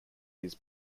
his